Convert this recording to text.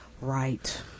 Right